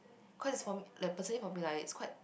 cause it's from the person if for be like it's quite